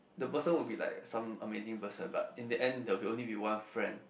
the person will be like some amazing person but in the end there will be only be one friend